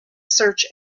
search